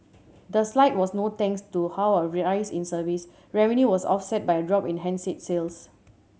the slide was no thanks to how a in service revenue was offset by a drop in handset sales